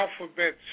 alphabet